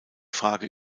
frage